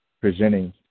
presenting